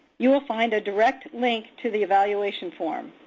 you will find a direct link to the evaluation form.